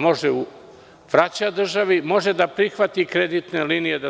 Može da vrati državi, može da servisira kreditne linije,